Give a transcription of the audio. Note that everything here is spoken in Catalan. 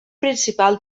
principal